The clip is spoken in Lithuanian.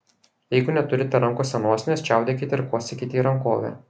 jeigu neturite rankose nosinės čiaudėkite ir kosėkite į rankovę